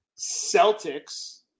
Celtics